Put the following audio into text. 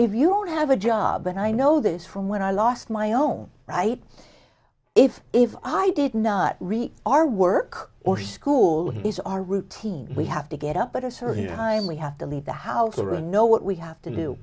if you don't have a job and i know this from when i lost my own right if if i did not reach our work or school is our routine we have to get up at a certain time we have to leave the house or a know what we have to do